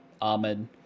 ahmed